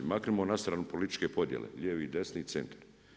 Maknimo na stranu političke podjele lijevi i desni i centar.